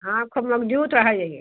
हाँ ख़ूब मज़बूत रह जने